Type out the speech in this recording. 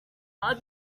are